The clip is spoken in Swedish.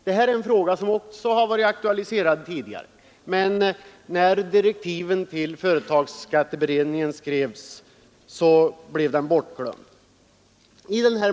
Det är en fråga som varit aktualiserad tidigare, men när direktiven till företagsskatteberedningen skrevs blev den bortglömd.